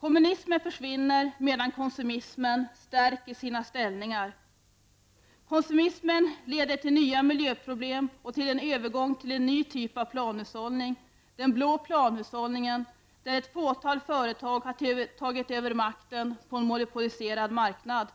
Kommunismen försvinner, medan konsumismen stärker sina ställningar. Konsumismen leder till nya miljöproblem och till en övergång till en ny typ av planhushållning -- den blå planhushållningen -- där ett fåtal företag har tagit över makten på en monopoliserad marknad.